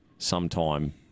Sometime